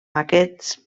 aquests